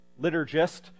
liturgist